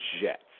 Jets